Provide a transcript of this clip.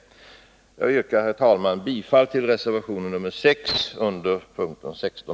Herr talman! Jag yrkar bifall till reservationen nr 6 under momentet 16a.